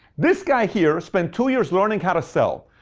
this guy here spent two years learning how to sell.